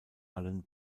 allem